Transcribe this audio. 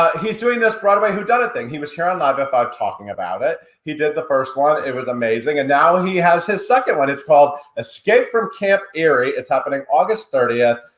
he's doing this broadway, whodunit? thing. he was here on live at five talking about it. he did the first one, it was amazing. and now he has his second one, it's called escape from camp eerie, it's happening august thirtieth.